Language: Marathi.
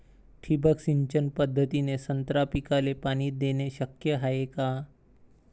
ठिबक सिंचन पद्धतीने संत्रा पिकाले पाणी देणे शक्य हाये का?